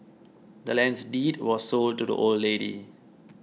the land's deed was sold to the old lady